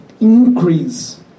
increase